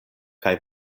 kaj